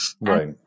Right